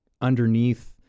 underneath